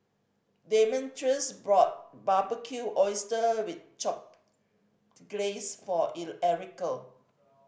Demetrius bought Barbecued Oyster with Glaze for Erica